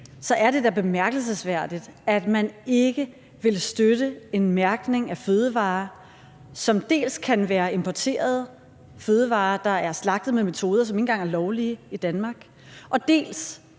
så er det da bemærkelsesværdigt, at man ikke vil støtte en mærkning af fødevarer, som dels kan være importerede fødevarer, der er slagtet med metoder, som ikke engang er lovlige i Danmark, dels